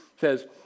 says